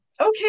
okay